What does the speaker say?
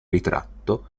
ritratto